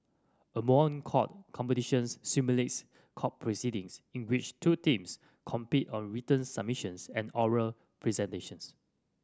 a moot court competitions simulates court proceedings in which two teams compete on written submissions and oral presentations